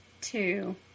two